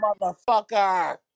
motherfucker